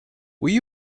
will